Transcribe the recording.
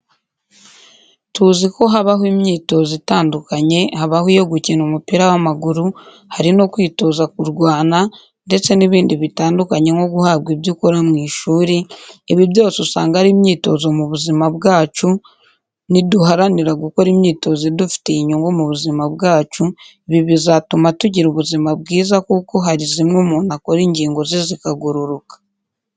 Tuzi ko habaho imyitozo itandukanye habaho iyo gukina umupira w'amaguru, hari no kwitoza kurwana ndetse n'ibindi bitandukanye nko guhabwa ibyo ukora mu ishuri, ibi byose usanga ari imyitozo mu bizima bwacu, niduharanira gukora imyitozo idufitiye inyungu mu buzima bwacu, ibi bizatuma tugira ubuzima bwiza kuko hari zimwe umuntu akora ingigo ze zikagororoka.